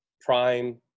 prime